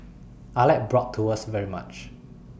I like Bratwurst very much